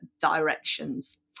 directions